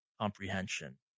comprehension